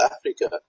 Africa